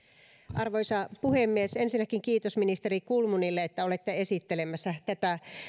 arvoisa puhemies ensinnäkin kiitos ministeri kulmunille että olette esittelemässä tätä